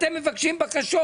ואתם מבקשים בקשות.